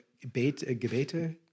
Gebete